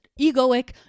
egoic